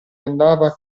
andava